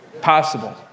Possible